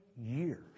years